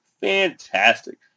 Fantastic